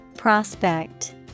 Prospect